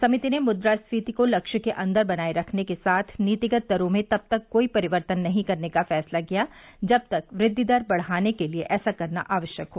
समिति ने मुद्रास्फीति को लक्ष्य के अन्दर बनाए रखने के साथ नीतिगत दरों में तब तक कोई परिवर्तन नहीं करने का फैसला किया जब तक वृद्वि दर बढ़ाने के लिए ऐसा करना आवश्यक हो